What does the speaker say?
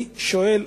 אני שואל,